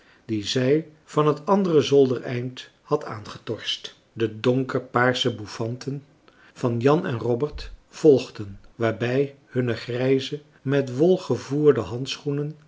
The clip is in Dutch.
die zij van het andere zoldereind had aangetorscht de donker paarsche bouffanten van jan en robert volgden waarbij hunne grijze met wol gevoerde handschoenen